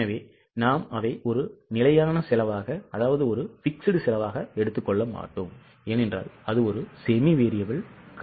எனவே நாம் அதை ஒரு நிலையான செலவாக எடுத்துக் கொள்ள மாட்டோம் அது ஒரு semi variable cost